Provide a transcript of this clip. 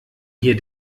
hier